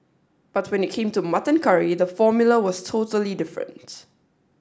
but when it came to mutton curry the formula was totally different